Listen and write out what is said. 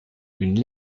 une